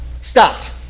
stopped